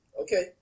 okay